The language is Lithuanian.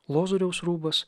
lozoriaus rūbas